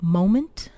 moment